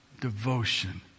devotion